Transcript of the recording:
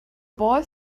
boy